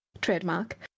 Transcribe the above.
trademark